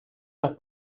los